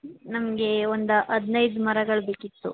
ನಮ್ಗೆ ಒಂದು ಹದಿನೈದು ಮರಗಳು ಬೇಕಿತ್ತು